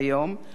בשנאה,